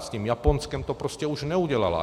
S tím Japonskem to prostě už neudělala.